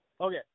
Okay